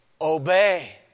obey